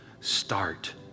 Start